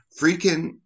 freaking